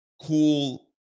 cool